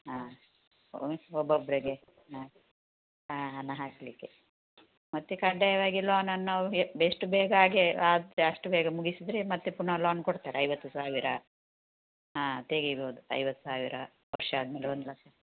ಹಾಂ ಒಬ್ಬೊಬ್ರಿಗೆ ಹಾಂ ಹಾಂ ಹಣ ಹಾಕಲಿಕ್ಕೆ ಮತ್ತೆ ಕಡ್ಡಾಯವಾಗಿ ಲೋನನ್ನು ಎ ಎಷ್ಟು ಎಷ್ಟು ಬೇಗ ಆಗಿ ಆಗುತ್ತೆ ಅಷ್ಟು ಬೇಗ ಮುಗಿಸಿದರೆ ಮತ್ತೆ ಪುನಃ ಲೋನ್ ಕೊಡ್ತಾರೆ ಐವತ್ತು ಸಾವಿರ ಹಾಂ ತೆಗಿಬೋದು ಐವತ್ತು ಸಾವಿರ ವರ್ಷ ಆದಮೇಲೆ ಒಂದು ಲಕ್ಷ